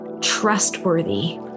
trustworthy